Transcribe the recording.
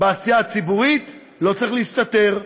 בעשייה הציבורית, לא צריך להסתתר,